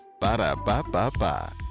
Ba-da-ba-ba-ba